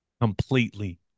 Completely